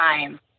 time